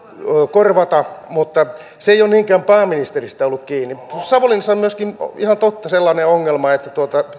korvata mutta se ei ole niinkään pääministeristä ollut kiinni savonlinnassahan on myöskin ihan totta sellainen ongelma että